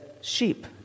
sheep